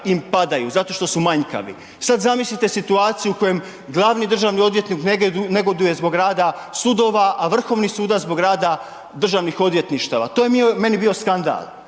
im padaju, zato što su manjkavi. Sad zamislite situaciju u kojem glavni državni odvjetnik negoduje zbog rada sudova, a vrhovni sudac zbog rada državnih odvjetništava. To je meni bio skandal.